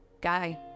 guy